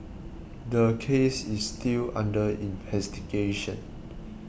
the case is still under investigation